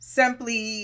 simply